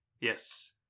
Yes